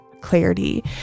clarity